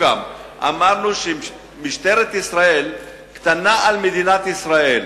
אמרנו שמשטרת ישראל קטנה על מדינת ישראל.